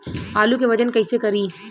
आलू के वजन कैसे करी?